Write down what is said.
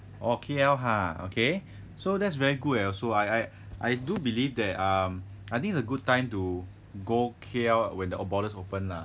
orh K_L ha okay so that's very good eh also I I I do believe that um I think a good time to go K_L when the borders open lah